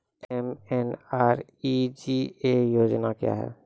MNREGA योजना क्या हैं?